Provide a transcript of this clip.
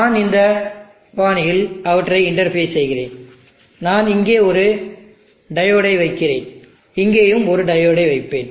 நான் இந்த பாணியில் அவற்றை இன்டர்பேஸ் செய்கிறேன் நான் இங்கே ஒரு டையோடு வைக்கிறேன் இங்கேயும் ஒரு டையோடு வைப்பேன்